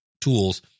tools